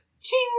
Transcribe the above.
Ching